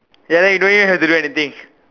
ya don't you have to do anything